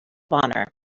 honor